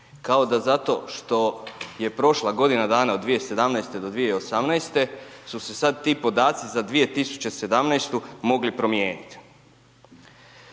kao da zato što je prošla godina dana od 2017. do 2018. su se sad ti podaci za 2017. mogli promijenit.